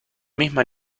misma